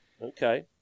Okay